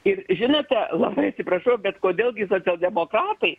ir žinote labai atsiprašau bet kodėl gi socialdemokratai